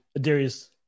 Darius